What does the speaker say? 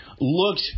looked